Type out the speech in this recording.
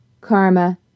Karma